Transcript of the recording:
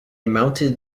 mounted